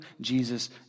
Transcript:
Jesus